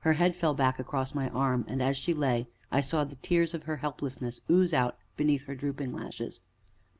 her head fell back across my arm, and, as she lay, i saw the tears of her helplessness ooze out beneath her drooping lashes